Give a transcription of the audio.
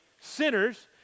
sinners